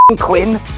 Quinn